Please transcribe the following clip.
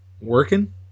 Working